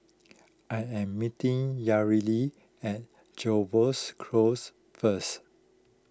I am meeting Yareli at Jervois Close first